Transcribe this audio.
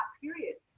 periods